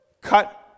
Cut